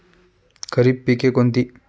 खरीप पिके कोणती?